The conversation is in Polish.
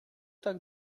tak